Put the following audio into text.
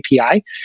API